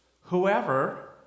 whoever